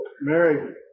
Mary